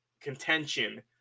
contention